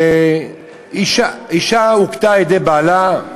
שאישה הוכתה על-ידי בעלה,